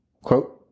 Quote